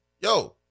Yo